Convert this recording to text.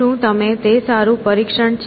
શું તે સારું પરીક્ષણ છે